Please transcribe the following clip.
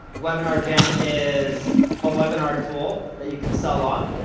webinar jam is a webinar tool that you can sell on.